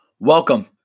Welcome